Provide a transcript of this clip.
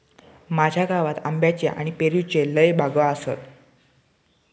माझ्या गावात आंब्याच्ये आणि पेरूच्ये लय बागो आसत